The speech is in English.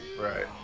right